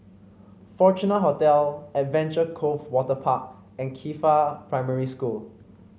Fortuna Hotel Adventure Cove Waterpark and Qifa Primary School